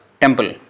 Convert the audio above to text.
temple